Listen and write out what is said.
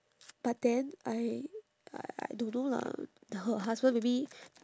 but then I I don't know lah her husband maybe